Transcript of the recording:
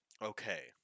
Okay